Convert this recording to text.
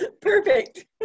Perfect